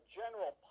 general